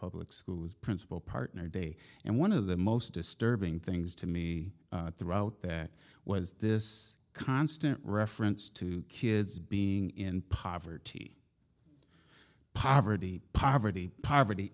public school's principal partner day and one of the most disturbing things to me throughout there was this constant reference to kids being in poverty poverty poverty poverty